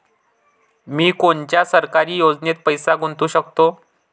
मी कोनच्या सरकारी योजनेत पैसा गुतवू शकतो?